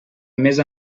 més